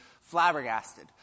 flabbergasted